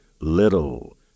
little